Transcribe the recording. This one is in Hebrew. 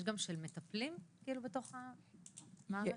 יש גם של מטפלים בתוך המערכת?